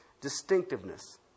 distinctiveness